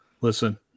Listen